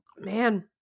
Man